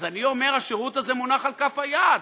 אז אני אומר, השירות הזה מונח על כף היד,